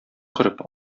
корып